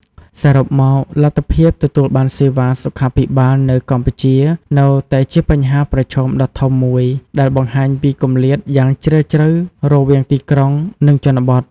សរុបមក លទ្ធភាពទទួលបានសេវាសុខាភិបាលនៅកម្ពុជានៅតែជាបញ្ហាប្រឈមដ៏ធំមួយ ដែលបង្ហាញពីគម្លាតយ៉ាងជ្រាលជ្រៅរវាងទីក្រុង និងជនបទ។